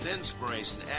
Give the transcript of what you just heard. Inspiration